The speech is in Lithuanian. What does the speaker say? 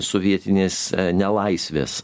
sovietinės nelaisvės